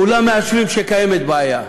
כולם מאשרים שקיימת בעיה.